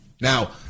Now